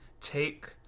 take